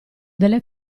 delle